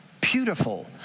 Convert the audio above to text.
beautiful